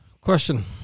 Question